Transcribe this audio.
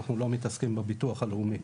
אנחנו לא מתעסקים בביטוח הלאומי,